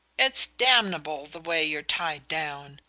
it's damnable, the way you're tied down.